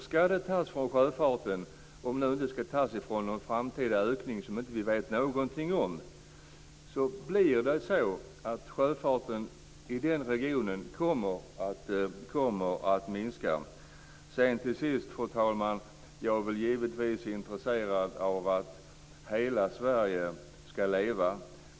Skall det tas från sjöfarten, om det nu inte skall tas från någon framtida ökning som vi inte vet någonting om, kommer sjöfarten i den regionen att minska. Till sist, fru talman, är jag givetvis intresserad av att hela Sverige skall leva.